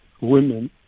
women